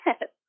Yes